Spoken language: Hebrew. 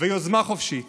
ויוזמה חופשית